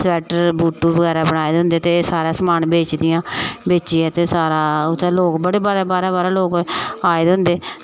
sweater बुटू बगैरा बनाए दे होंदे ते सारा समान बेचदियां बेचियै ते सारा उत्थें लोग बड़े बाह्रा बाह्रा दे लोग आए दे होंदे